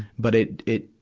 but it, it,